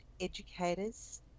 educators